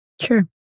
Sure